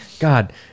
God